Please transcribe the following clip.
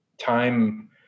time